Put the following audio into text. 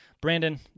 brandon